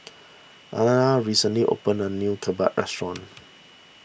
Alannah recently opened a new Kimbap restaurant